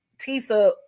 Tisa